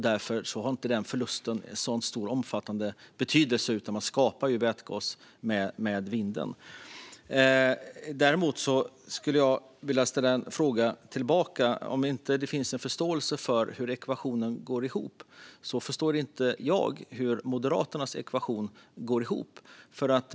Därför har denna förlust inte så stor betydelse, utan vätgas skapas med vind. Låt mig ställa en fråga tillbaka. Om det inte finns en förståelse för hur ekvationen går ihop förstår inte jag hur Moderaternas ekvation går ihop.